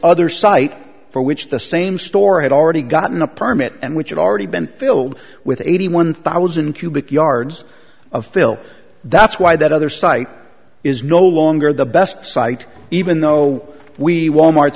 other site for which the same store had already gotten a permit and which had already been filled with eighty one thousand cubic yards of fill that's why that other site is no longer the best site even though we